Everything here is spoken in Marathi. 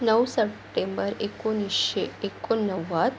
नऊ सप्टेंबर एकोणिसशे एकोणनव्वद